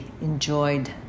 enjoyed